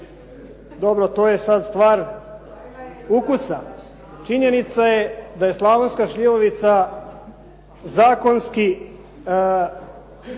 Dobro, to je sad stvar ukusa. Činjenica je da je slavonska šljivovica zakonski